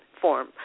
form